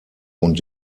und